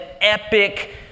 epic